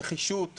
נחישות,